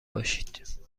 باشید